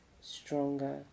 stronger